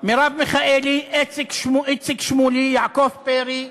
מרב מיכאלי, איציק שמולי, יעקב פרי,